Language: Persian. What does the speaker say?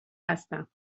هستم